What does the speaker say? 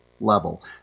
level